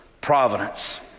providence